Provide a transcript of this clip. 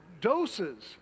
doses